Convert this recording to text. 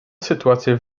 sytuacje